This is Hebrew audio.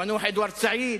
המנוח אדוארד סעיד,